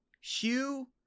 Hugh